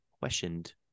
questioned